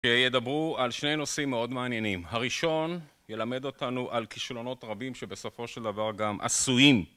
שידברו על שני נושאים מאוד מעניינים. הראשון ילמד אותנו על כישלונות רבים, שבסופו של דבר גם עשויים